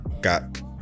got